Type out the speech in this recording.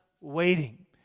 waiting